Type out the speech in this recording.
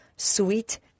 Sweet